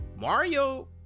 Mario